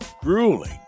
grueling